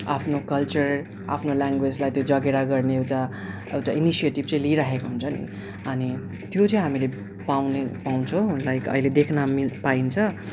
आफ्नो कल्चर आफ्नो ल्याङ्गवेजलाई त्यो जगेरा गर्ने एउटा एउटा इनिसेएटिभ चाहिँ लिइरहेको हुन्छन् अनि त्यो चाहिँ हामीले पाउने पाउछौँ लाइक अहिले देख्न मिल पाइन्छ